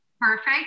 perfect